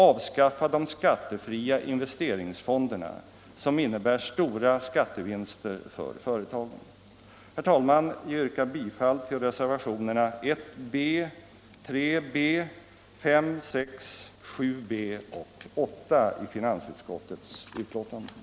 Avskaffa de skattefria investeringsfonderna som innebär stora skattevinster för företagen. Herr talman! Jag yrkar bifall till reservationerna 1B, 3B, 5, 6, 7B och 8 i finansutskottets betänkande.